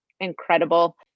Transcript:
incredible